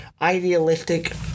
idealistic